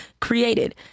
created